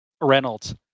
Reynolds